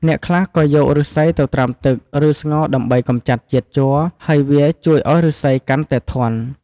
អ្នកខ្លះក៏យកឫស្សីទៅត្រាំទឹក ឬស្ងោរដើម្បីកម្ចាត់ជាតិជ័រ ហើយវាជួយឱ្យឫស្សីកាន់តែធន់ ។